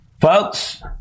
Folks